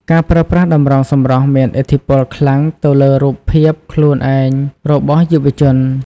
ការប្រើប្រាស់តម្រងសម្រស់មានឥទ្ធិពលខ្លាំងទៅលើរូបភាពខ្លួនឯងរបស់យុវជន។